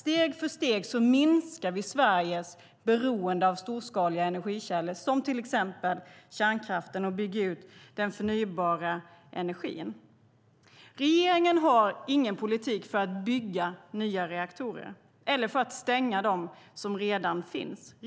Steg för steg minskar vi Sveriges beroende av storskaliga energikällor, till exempel kärnkraften, och bygger ut den förnybara energin. Regeringen har ingen politik för att bygga nya reaktorer eller för att stänga dem som redan finns.